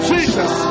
Jesus